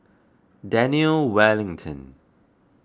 Daniel Wellington